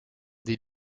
des